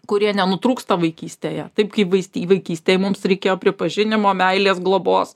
kurie nenutrūksta vaikystėje taip kaip vais vaikystėj mums reikėjo pripažinimo meilės globos